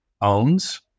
owns